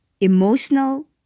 Emotional